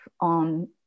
on